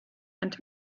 and